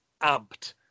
amped